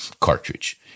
cartridge